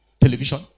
television